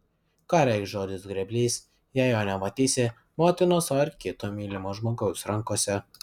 ką reikš žodis grėblys jei jo nematysi motinos ar kito mylimo žmogaus rankose